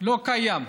שלא קיימת,